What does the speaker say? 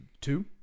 two